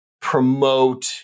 promote